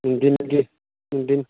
ꯅꯨꯡꯊꯤꯟꯒꯤ ꯅꯨꯡꯊꯤꯟ